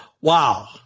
Wow